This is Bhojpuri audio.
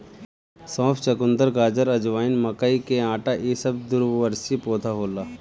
सौंफ, चुकंदर, गाजर, अजवाइन, मकई के आटा इ सब द्विवर्षी पौधा होला